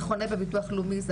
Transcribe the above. זה חונה בביטוח לאומי ,